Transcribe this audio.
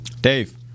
Dave